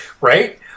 Right